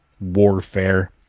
warfare